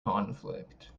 conflict